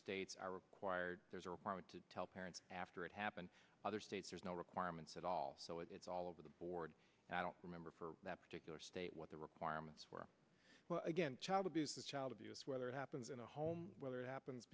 states are required there's a requirement to tell parents after it happened other states there's no requirements at all so it's all over the board i don't remember that particular state what the requirements were against child abuse and child abuse whether it happens in a home whether it happens